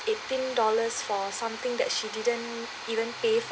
eighteen dollars for something that she didn't even pay